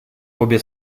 обе